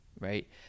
Right